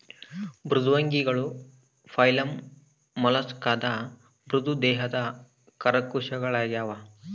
ಮೃದ್ವಂಗಿಗಳು ಫೈಲಮ್ ಮೊಲಸ್ಕಾದ ಮೃದು ದೇಹದ ಅಕಶೇರುಕಗಳಾಗ್ಯವ